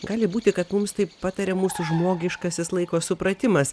gali būti kad mums taip pataria mūsų žmogiškasis laiko supratimas